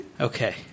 Okay